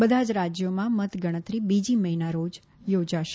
બધા જ રાજ્યોમાં મતગણતરી બીજી મે ના રોજ યોજાશે